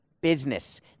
business